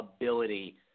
ability